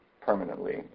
permanently